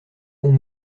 pont